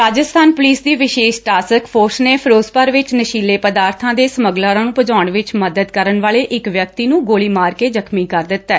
Rajasthan police ਦੀ ਵਿਸ਼ੇਸ਼ task force ਨੇ ਫਿਰੋਜ਼ਪੁਰ ਵਿੱਚ ਨਸ਼ੀਲੇ ਪਦਾਰਬਾਂ ਦੇ ਸਮਗਲਰਾਂ ਨੇਂ ਭਜਾਉਣ ਵਿੱਚ ਮਦਦ ਕਰਨ ਵਾਲੇ ਇਕ ਵਿਅਕਤੀ ਨੂੰ ਗੋਲੀ ਮਾਰ ਕੇ ਜਖ਼ਮੀ ਕਰ ਦਿੱਤੈ